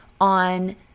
on